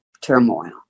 turmoil